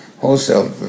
Wholesale